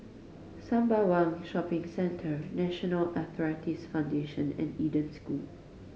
Sembawang Shopping Centre National Arthritis Foundation and Eden School